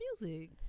music